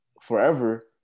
forever